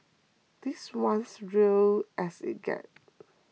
this one's real as it gets